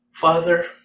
Father